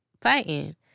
fighting